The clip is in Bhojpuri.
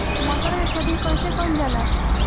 मटर के खेती कइसे कइल जाला?